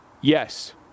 yes